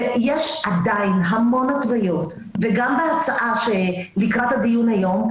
ויש עדיין המון התוויות וגם בהצעה שלקראת הדיון היום,